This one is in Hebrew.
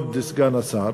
כבוד סגן השר,